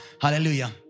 hallelujah